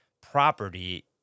property